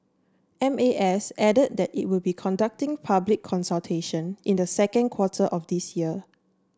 M A S added that it will be conducting public consultation in the second quarter of this year